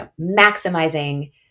maximizing